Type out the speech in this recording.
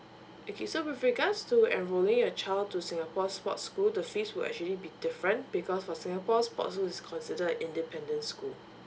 okay so with regards to enrolling your child to singapore sports school the fees will actually be different because for singapore sports school is considered a independent school